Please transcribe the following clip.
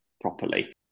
properly